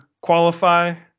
qualify